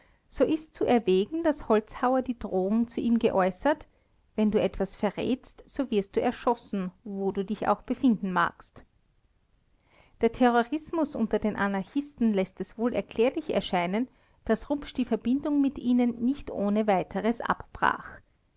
so ist zu erwägen daß holzhauer die drohung zu ihm geäußert wenn du etwas verrätst so wirst du erschossen wo du dich auch befinden magst der terrorismus unter den anarchisten läßt es wohl erklärlich erscheinen daß rupsch die verbindung mit ihnen nicht ohne weiteres abbrach